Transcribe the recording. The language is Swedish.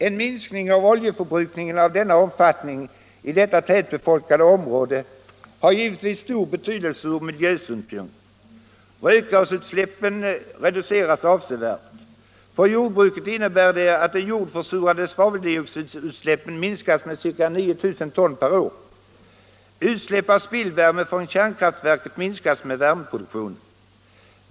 En minskning av oljeförbrukningen av den här omfattningen i detta tätbefolkade område har givetvis stor betydelse ur miljösynpunkt. Rökgasutsläppen reduceras avsevärt. För jordbruket innebär det att de jordförsurande svaveldioxidutsläppen minskas med ca 9 000 ton per år. Utsläpp av spillvärme från kärnkraftverket minskas med värmeproduktionen.